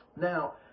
now